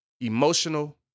emotional